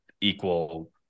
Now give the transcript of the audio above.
equal